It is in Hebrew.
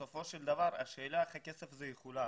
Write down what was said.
בסופו של דבר השאלה איך הכסף הזה יחולק,